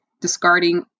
discarding